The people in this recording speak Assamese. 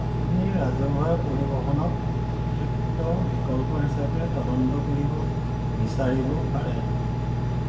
আপুনি ৰাজহুৱা পৰিবহণক অতিৰিক্ত বিকল্প হিচাপে তদন্ত কৰিব বিচাৰিব পাৰে